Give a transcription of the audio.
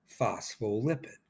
phospholipid